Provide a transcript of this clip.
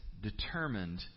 determined